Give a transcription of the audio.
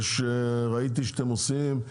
ראיתי שאתם עושים,